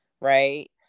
right